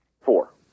Four